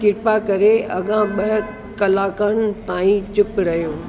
कृपा करे अॻा ॿ कलाकनि ताईं चुप रहियो